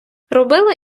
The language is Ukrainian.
робила